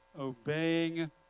obeying